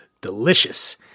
delicious